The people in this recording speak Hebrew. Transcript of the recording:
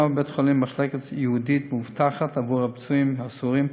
הוקמה בבית-החולים מחלקה ייעודית מאובטחת עבור הפצועים הסורים,